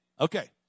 Okay